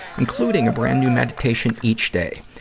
including a brand new meditation each day.